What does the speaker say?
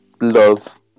love